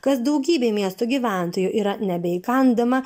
kas daugybei miesto gyventojų yra nebeįkandama